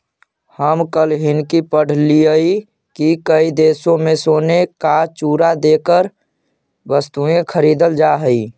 हम कल हिन्कि पढ़लियई की कई देशों में सोने का चूरा देकर वस्तुएं खरीदल जा हई